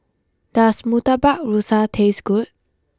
does Murtabak Rusa taste good